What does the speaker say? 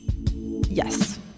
yes